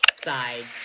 side